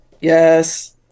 Yes